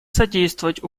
содействовать